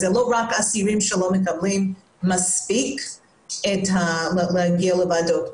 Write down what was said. אלה לא רק אסירים שלא מקבלים מספיק להגיע לוועדות.